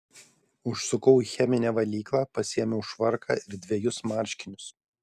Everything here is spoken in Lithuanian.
užsukau į cheminę valyklą pasiėmiau švarką ir dvejus marškinius